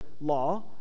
law